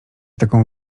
taką